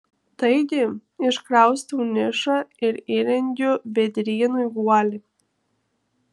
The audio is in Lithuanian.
taigi iškraustau nišą ir įrengiu vėdrynui guolį